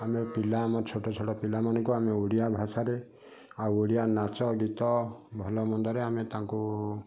ଆମେ ପିଲା ଆମେ ଛୋଟ ଛୋଟ ପିଲାମାନଙ୍କୁ ଆମେ ଓଡ଼ିଆ ଭାଷାରେ ଆଉ ଓଡ଼ିଆ ନାଚ ଗୀତ ଭଲ ମନ୍ଦରେ ଆମେ ତାଙ୍କୁ